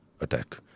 attack